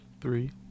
three